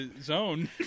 zone